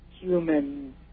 human